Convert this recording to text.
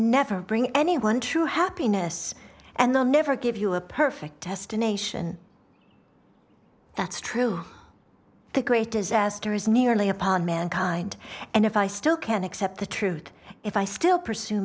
never bring any one true happiness and the never give you a perfect destination that's true the great disaster is nearly upon mankind and if i still can accept the truth if i still pursue